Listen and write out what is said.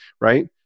right